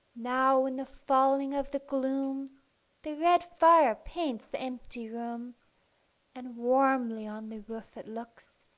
now in the falling of the gloom the red fire paints the empty room and warmly on the roof it looks,